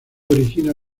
origina